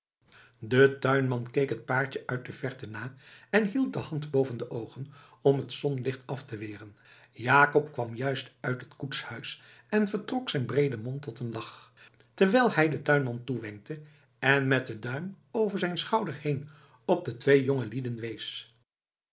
de tuinman keek het paartje uit de verte na en hield de hand boven de oogen om t zonlicht af te weren jacob kwam juist uit het koetshuis en vertrok zijn breeden mond tot een lach terwijl hij den tuinman toewenkte en met den duim over zijn schouder heen op de twee jongelieden wees